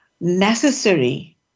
necessary